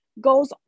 goes